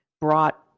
brought